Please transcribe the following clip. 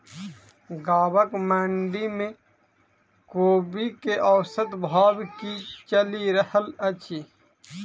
गाँवक मंडी मे कोबी केँ औसत भाव की चलि रहल अछि?